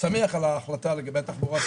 זו הרכבת לדרום.